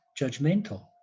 judgmental